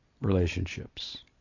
relationships